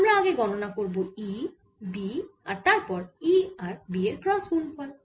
আমরা আগে গণনা করব E B আর তারপর E আর B এর ক্রস গুণফল